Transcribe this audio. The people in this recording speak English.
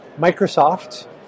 Microsoft